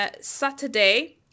Saturday